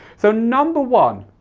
so number one